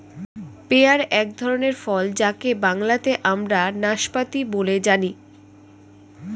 pair এক ধরনের ফল যাকে বাংলাতে আমরা নাসপাতি বলে জানি